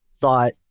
thought